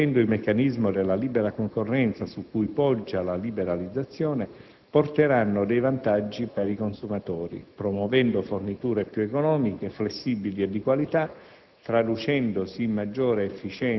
Tali misure, favorendo il meccanismo della libera concorrenza su cui poggia la liberalizzazione, porteranno dei vantaggi per i consumatori, promuovendo forniture più economiche, flessibili e di qualità,